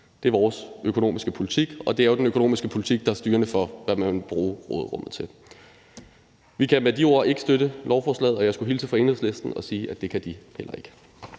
Det er vores økonomiske politik, og det er jo den økonomiske politik, der er styrende for, hvad man vil bruge råderummet til. Vi kan med de ord ikke støtte beslutningsforslaget, og jeg skulle hilse fra Enhedslisten og sige, at det kan de heller ikke.